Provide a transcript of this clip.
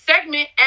Segment